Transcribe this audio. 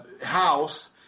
house